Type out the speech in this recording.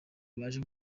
baje